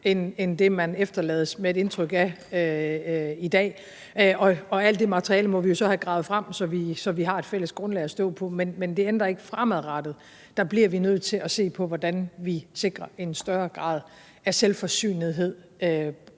end det, man efterlades med et indtryk af i dag, og alt det materiale må vi jo så have gravet frem, så vi har et fælles grundlag at stå på. Men det ændrer ikke på, at fremadrettet bliver vi nødt til at se på, hvordan vi sikrer en større grad af selvforsynethed,